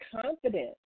confidence